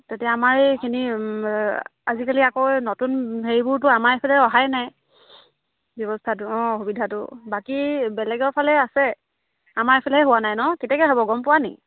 তেতিয়া আমাৰ এইখিনি আজিকালি আকৌ নতুন হেৰিবোৰতো আমাৰ এইফালে অহাই নাই ব্যৱস্থাটো অঁ সুবিধাটো বাকী বেলেগৰ ফালে আছে আমাৰ ইফালে হোৱা নাই নহ্ কেতিয়াকৈ হ'ব গম পোৱানি